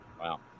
wow